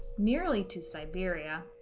nearly to siberia.